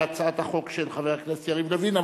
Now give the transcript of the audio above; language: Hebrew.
בהצעת החוק של חבר הכנסת יריב לוין.